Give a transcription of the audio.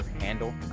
handle